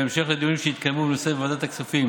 בהמשך לדיונים שהתקיימו בנושא בוועדת הכספים